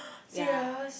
serious